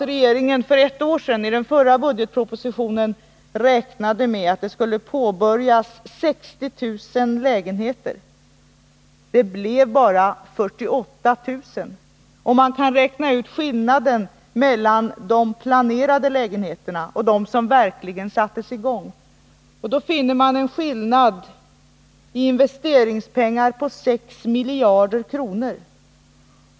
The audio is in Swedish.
Regeringen räknade i förra årets budgetproposition med att det skulle påbörjas 60 000 lägenheter. Det blev bara 48 000. Man kan räkna ut skillnaden i antal mellan de planerade lägenheterna och dem som verkligen sattes i gång. Då finner man en skillnad i investeringspengar på 6 miljarder kronor.